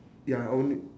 ya I only